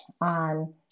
on